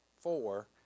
four